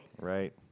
right